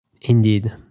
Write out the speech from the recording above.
Indeed